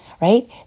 right